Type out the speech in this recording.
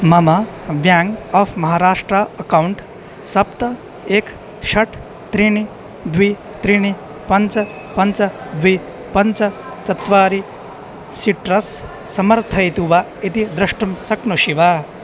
मम bank of Maharashtra account सप्त एकं षट् त्रीणि द्वि त्रीणि पञ्च पञ्च द्वि पञ्च चत्वारि सिट्रस् समर्थयतु वा इति द्रष्टुं शक्नोषि वा